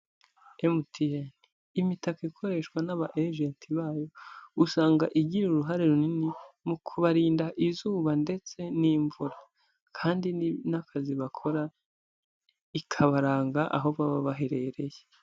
MTN imitakako ikoreshwa n'aba ajenti bayo, usanga igira uruhare runini mu kubarinda izuba ndetse n'imvura kandi n'akazi bakora, ikabaranga aho baba baherereye.